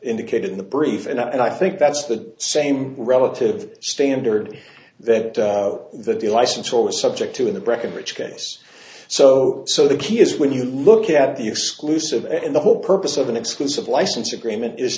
indicated in the brief and i think that's the same relative standard that that the license will is subject to in the breckenridge case so so the key is when you look at the exclusive and the whole purpose of an exclusive license agreement is